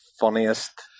funniest